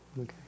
Okay